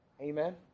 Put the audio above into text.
Amen